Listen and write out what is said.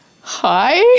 hi